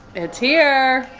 it's here.